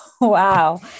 wow